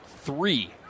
three